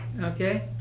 Okay